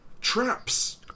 Traps